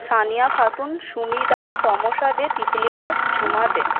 Sania Khatun Sumi Das Tamasa De Titli Das Jhuma দে